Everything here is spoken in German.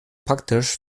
praktisch